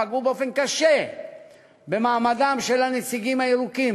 באופן קשה במעמדם של הנציגים הירוקים